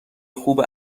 خوب